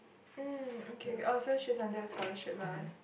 um okay oh so she's under a scholarship lah